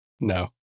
No